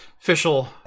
official